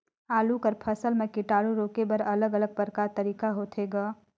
आलू कर फसल म कीटाणु रोके बर अलग अलग प्रकार तरीका होथे ग?